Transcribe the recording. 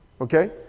Okay